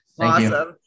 Awesome